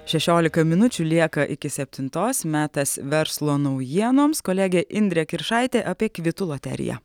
šešiolika minučių lieka iki septintos metas verslo naujienoms kolegė indrė kiršaitė apie kvitų loteriją